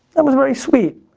that was very sweet.